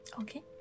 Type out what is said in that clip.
Okay